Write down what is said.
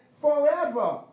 forever